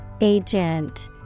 Agent